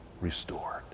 restored